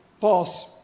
false